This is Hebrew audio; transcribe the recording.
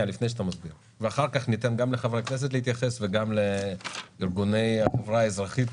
לאחר מכן ניתן לחברי הכנסת להתייחס וגם לארגוני החברה האזרחית,